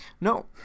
No